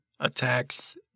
Attacks